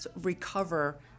recover